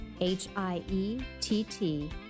H-I-E-T-T